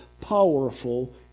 powerful